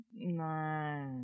No